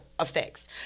effects